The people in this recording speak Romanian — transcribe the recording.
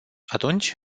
atunci